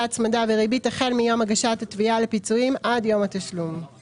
הצמדה וריבית החל מיום הגשת התביעה לפיצויים עד יום התשלום.";